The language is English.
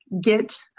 get